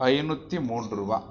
ஐந்நூற்றி மூன்றுரூவா